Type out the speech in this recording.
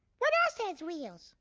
what else has wheels?